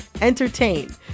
entertain